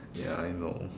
ya I know